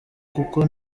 kuko